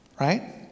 right